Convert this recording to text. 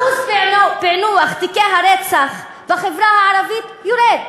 אחוז פענוח תיקי הרצח בחברה הערבית יורד,